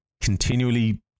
continually